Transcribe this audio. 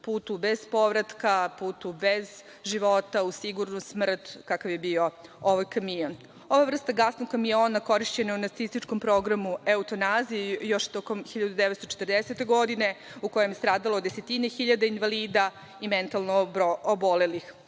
putu bez povratka, putu bez života, u sigurnu smrt, kakav je bio ovaj kamion. Ova vrsta gasnog kamiona korišćena je u nacističkom programu eutanazije još tokom 1940. godine kada je stradalo desetine hiljada invalida i mentalno obolelih.